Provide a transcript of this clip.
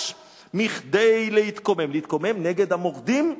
מכדי להתקומם" להתקומם נגד המורדים,